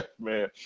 man